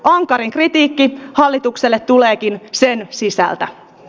ankarin kritiikki hallitukselle tuleekin sen sisältä